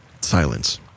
silence